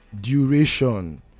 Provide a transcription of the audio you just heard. duration